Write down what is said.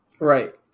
Right